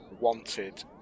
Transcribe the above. wanted